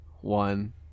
one